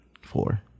four